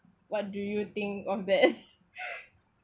what do you think of that